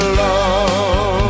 love